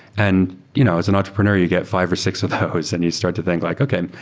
and you know as an entrepreneur, you get five or six of those and you start to think like, okay.